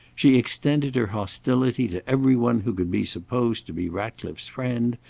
she extended her hostility to every one who could be supposed to be ratcliffe's friend,